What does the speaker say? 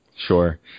Sure